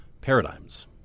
paradigms